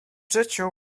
życiu